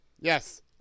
Yes